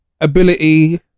ability